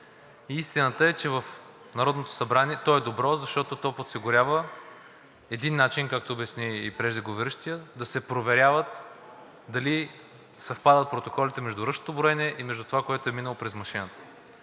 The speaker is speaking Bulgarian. Истината е, че в Народното събрание то е добро, защото то подсигурява един начин, както обясни и преждеговорившия, да се проверява дали съвпадат протоколите между ръчното броене и между това, което е минало през машината.